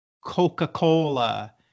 Coca-Cola